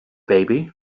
baby